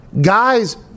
guys